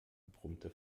brummte